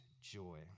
joy